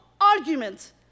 argument